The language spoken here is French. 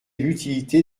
l’utilité